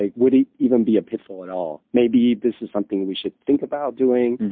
ah would it even be a pitfall at all? maybe this is something we should think about doing,